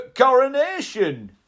coronation